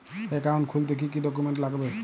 Account খুলতে কি কি ডকুমেন্ট লাগবে?